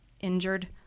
injured